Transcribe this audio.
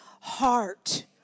heart